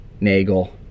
Nagel